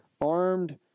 armed